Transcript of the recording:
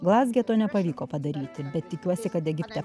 glazge to nepavyko padaryti bet tikiuosi kad egipte